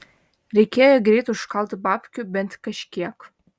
reikėjo greit užkalt babkių bent kažkiek